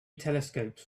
telescopes